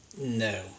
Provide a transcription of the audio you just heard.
No